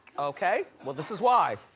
okay, well this is why.